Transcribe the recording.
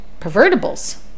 pervertibles